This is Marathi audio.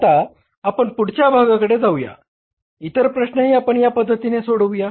आता आपण पुढच्या भागाकडे जाऊया इतर प्रश्नही आपण या पद्धतीनेच सोडवुया